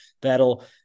that'll